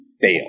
fail